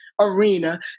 arena